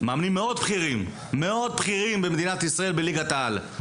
מאמנים מאוד בכירים במדינת ישראל מליגת העל.